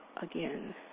again